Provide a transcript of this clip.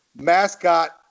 mascot